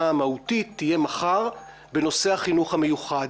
המהותית תהיה מחר בנושא החינוך המיוחד,